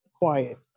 Quiet